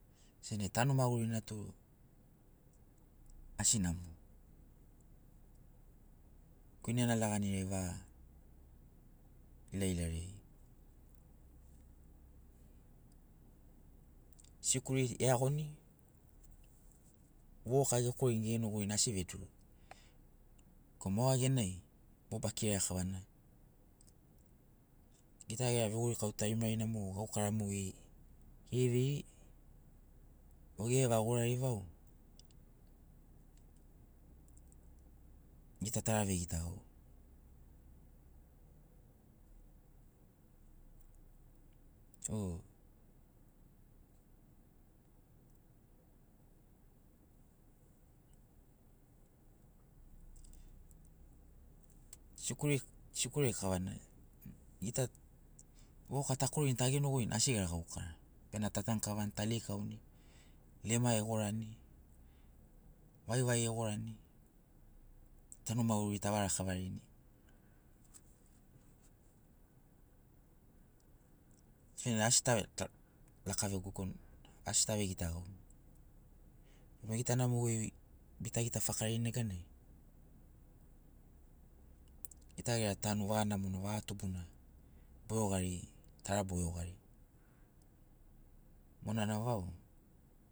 Sena tanu magurina tu asi namo guinena laganiri ai vaga ilailarisikuri ai sikuri eiagoni vovoka ge korini ge genogoini asi veduru okei moga genai mo bakiragia kavana. gita gera vegorikau tarimarina mogo gaukara mogeri gere vei o gere vaga gorari vau gita tara vegitagau. Sikuriai kavana gita vovoka takorini ta genogoini asi gera. gaukara bena ta tanu kavani ta lei kauni lema e gorani vagivagi egorani tanu maguriri ta vaga lakvarini sena asi ta laka vegogoni asi tavegitagauni. Bema gitana mogeri. bita gita fakarini neganai gita gera tanu vaga namona vaga tubuna boiogari tara boiogari monana vau